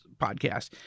podcast